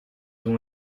ont